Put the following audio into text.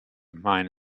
mine